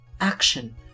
action